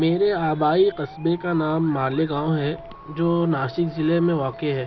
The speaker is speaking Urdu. میرے آبائی قصبے کا نام مالیگاؤں ہے جو ناسک ضلعے میں واقع ہے